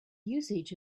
usage